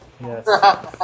Yes